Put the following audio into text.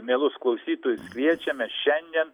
mielus klausytojus kviečiame šiandien